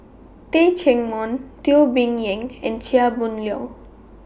Teh Cheang Wan Teo Bee Yen and Chia Boon Leong